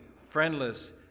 friendless